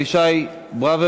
(יידוי או ירי של